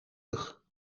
rug